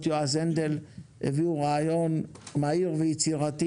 יועז הנדל הביאו רעיון מהיר ויצירתי.